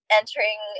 entering